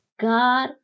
God